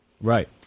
Right